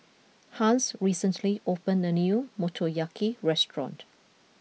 Hans recently opened a new Motoyaki restaurant